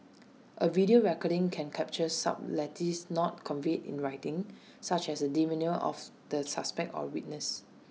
A video recording can capture subtleties not conveyed in writing such as the demeanour of the suspect or witness